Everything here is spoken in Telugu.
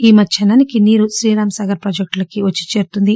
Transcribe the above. ఈ మధ్యాహ్నానికి నీరు శ్రీరాంసాగర్ ప్రాజెక్టులోకి రానున్నాయి